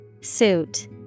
Suit